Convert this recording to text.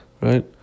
Right